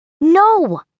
no